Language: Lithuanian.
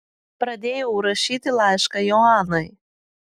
pradėjau rašyti laišką joanai